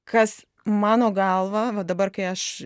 kas mano galva va dabar kai aš